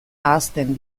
ahazten